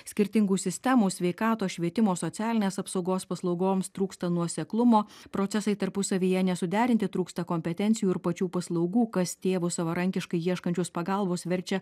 skirtingų sistemų sveikatos švietimo socialinės apsaugos paslaugoms trūksta nuoseklumo procesai tarpusavyje nesuderinti trūksta kompetencijų ir pačių paslaugų kas tėvus savarankiškai ieškančius pagalbos verčia